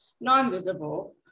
non-visible